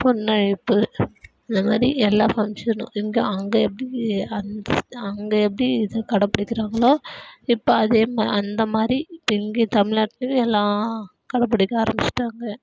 பெண் அழைப்பு அந்தமாதிரி எல்லா ஃபங்க்ஷனும் இங்கே அங்கே எப்படி அந்த அங்கே எப்படி இது கடைப்புடிக்கிறாங்களோ இப்போ அதேமா அந்தமாதிரி இப்போ இங்கேயும் தமிழ்நாட்லையும் எல்லா கடைபுடிக்க ஆரம்பிச்சிவிட்டாங்க